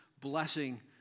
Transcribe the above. blessing